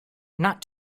not